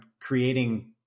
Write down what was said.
creating